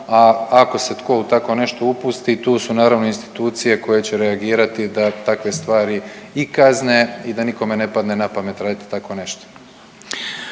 a ako se tko u tako nešto upusti tu su naravno institucije koje će reagirati da takve stvari i kazne i da nikome ne padne na pamet raditi tako nešto.